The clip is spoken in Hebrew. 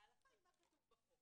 ההלכה היא מה כתוב בחוק.